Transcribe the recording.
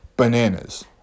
bananas